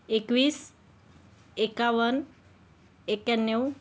एकवीस एकावन्न एक्याण्णव